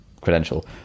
credential